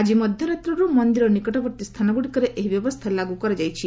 ଆଜି ମଧ୍ୟରାତ୍ରର ମନ୍ଦିର ନିକଟବର୍ତ୍ତୀ ସ୍ଥାନଗ୍ରଡ଼ିକରେ ଏହି ବ୍ୟବସ୍ଥା ଲାଗ୍ର କରାଯାଇଛି